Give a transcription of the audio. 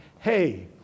hey